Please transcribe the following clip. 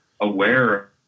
aware